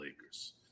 Lakers